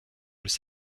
dans